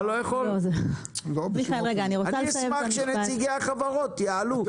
אני אשמח שנציגי החברות יעלו.